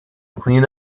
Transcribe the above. clean